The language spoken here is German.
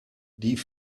die